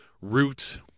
root